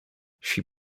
she